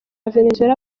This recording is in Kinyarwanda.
venezuela